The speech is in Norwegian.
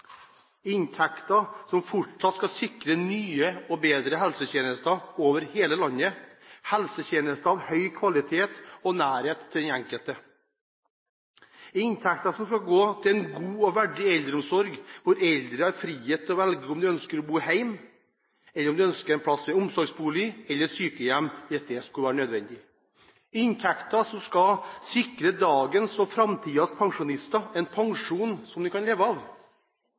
inntekter som fortsatt skal sikre nye og bedre helsetjenester over hele landet, helsetjenester av høy kvalitet og nærhet til den enkelte. inntekter som skal gå til en god og verdig eldreomsorg, hvor eldre har frihet til å velge om de ønsker å bo hjemme eller om de ønsker en plass i omsorgsbolig eller på sykehjem, hvis det skulle være nødvendig inntekter som skal sikre dagens og framtidens pensjonister en pensjon som de kan leve av